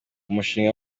umushinga